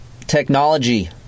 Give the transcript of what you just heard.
Technology